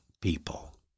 people